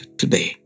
today